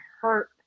hurt